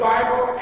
Bible